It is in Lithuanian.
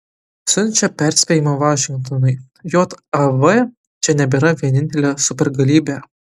siunčia perspėjimą vašingtonui jav čia nebėra vienintelė supergalybė